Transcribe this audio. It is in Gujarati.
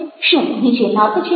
શું નીચે નર્ક છે